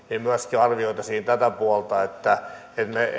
myöskin arvioitaisiin tätä puolta että me